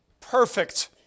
perfect